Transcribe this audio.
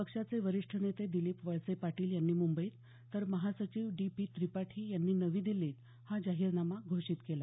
पक्षाचे वरिष्ठ नेते दिलीप वळसे पाटील यांनी मुंबईत तर महासचिव डी पी त्रिपाठी यांनी नवी दिल्लीत हा जाहीरनामा घोषित केला